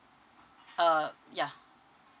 uh ya